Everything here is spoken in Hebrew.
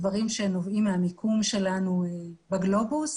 דברים שנובעים מהמיקום שלנו בגלובוס.